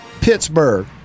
Pittsburgh